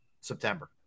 September